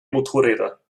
motorräder